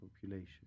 population